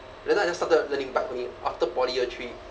then I just started learning bike only after poly year three